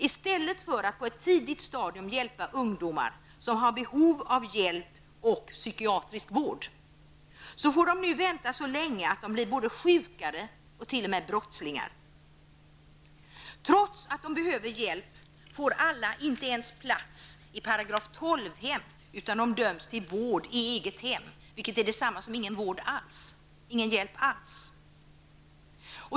I stället för att man på ett tidigt stadium hjälper ungdomar som har behov av hjälp och psykiatrisk vård, låter man de vänta så länge att de blir sjukare och t.o.m. brottslingar. Trots att de behöver hjälp får alla inte ens plats i § 12-hem utan döms till vård i eget hem, vilket är detsamma som ingen vård och hjälp alls.